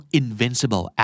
invincible